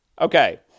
Okay